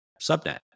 subnet